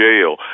jail